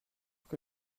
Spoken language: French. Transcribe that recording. que